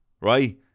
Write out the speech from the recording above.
Right